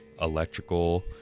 electrical